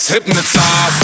Hypnotize